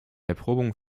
erprobung